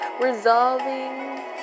resolving